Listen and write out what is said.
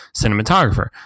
cinematographer